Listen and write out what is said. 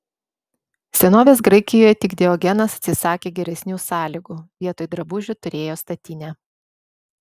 senovės graikijoje tik diogenas atsisakė geresnių sąlygų vietoj drabužių turėjo statinę